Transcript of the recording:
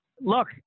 Look